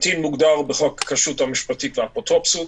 קטין מוגדר בחוק הכשרות המשפטית והאפוטרופסות.